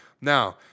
Now